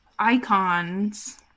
icons